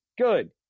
good